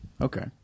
Okay